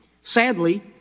Sadly